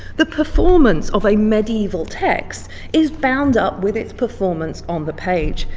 the performance of a medieval text is bound up with its performance on the page.